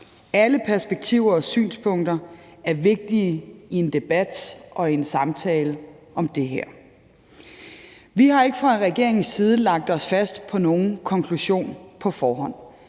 Alle perspektiver og synspunkter er vigtige i en debat og en samtale om det her. Vi har ikke fra regeringens side lagt os fast på nogen konklusion på forhånd.